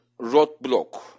roadblock